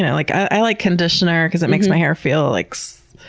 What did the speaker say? yeah like i like conditioner because it makes my hair feel like, so